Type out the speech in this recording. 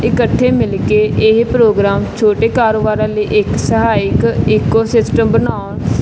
ਇਕੱਠੇ ਮਿਲ ਕੇ ਇਹ ਪ੍ਰੋਗਰਾਮ ਛੋਟੇ ਕਾਰੋਬਾਰਾਂ ਲਈ ਇੱਕ ਸਹਾਇਕ ਇਕੋਸਿਸਟਮ ਬਣਾਉਣ